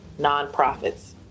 nonprofits